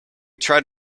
tried